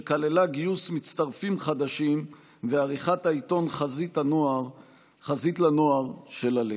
שכללה גיוס מצטרפים חדשים ועריכת העיתון "חזית לנוער" של הלח"י.